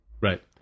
Right